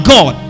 God